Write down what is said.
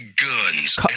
guns